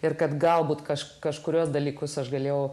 ir kad galbūt kažką kažkuriuos dalykus aš galėjau